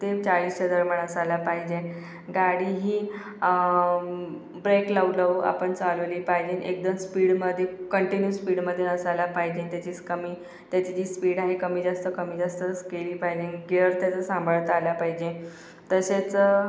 ते चाळीसच्या दरम्यान असायला पाहिजे गाडी ही ब्रेक लावून लावून आपण चालवली पाहिजे एकदम स्पीडमध्ये कंटिन्यू स्पीडमध्ये असायला पाहिजे त्याची स्कमी त्याची जी स्पीड आहे ती कमी जास्त कमी जास्त केली पाहिजे गियर त्याचा सांभाळता आला पाहिजे तसेच